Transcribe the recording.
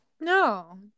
No